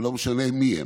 ולא משנה מיהן,